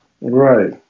Right